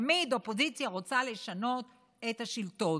תמיד אופוזיציה רוצה לשנות את השלטון,